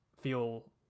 feel